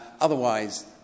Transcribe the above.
Otherwise